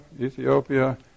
Ethiopia